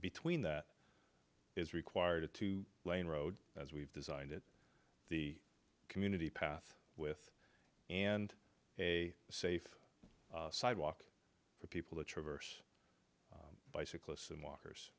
between that is required two lane road as we've designed it the community path with and a safe sidewalk for people to traverse bicyclists and walkers